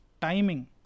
timing